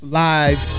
live